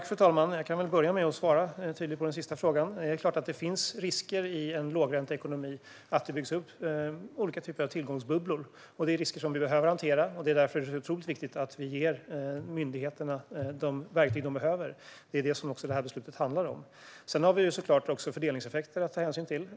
Fru talman! Jag kan väl börja med att svara tydligt på den sista frågan. Det är klart att det i en lågränteekonomi finns risker för att det byggs upp olika typer av tillgångsbubblor. Det är risker som vi behöver hantera, och det är därför det är så otroligt viktigt att vi ger myndigheterna de verktyg de behöver. Det är också det som det här beslutet handlar om. Sedan har vi såklart också fördelningseffekter att ta hänsyn till.